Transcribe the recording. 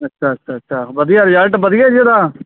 ਅੱਛਾ ਅੱਛਾ ਅੱਛਾ ਵਧੀਆ ਰਿਜ਼ਲਟ ਵਧੀਆ ਜੀ ਇਹਦਾ